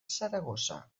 saragossa